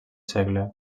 segle